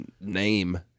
name